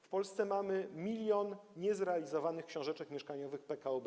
W Polsce mamy 1 mln niezrealizowanych książeczek mieszkaniowych PKO BP.